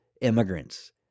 immigrants